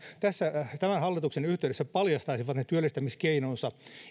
tämän hallituksen yhteydessä paljastaisivat ne työllistämiskeinonsa